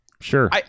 Sure